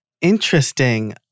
interesting